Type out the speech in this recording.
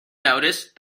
notice